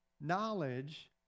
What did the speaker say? knowledge